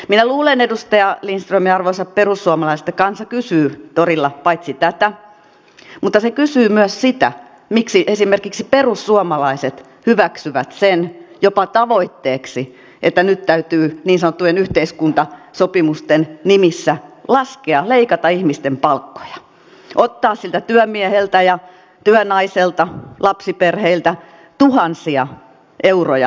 minä luulen ministeri lindström ja arvoisat perussuomalaiset että kansa kysyy torilla tätä mutta se kysyy myös sitä miksi esimerkiksi perussuomalaiset hyväksyvät sen jopa tavoitteeksi että nyt täytyy niin sanottujen yhteiskuntasopimusten nimissä laskea leikata ihmisten palkkoja ottaa siltä työmieheltä ja työnaiselta lapsiperheiltä tuhansia euroja vuodessa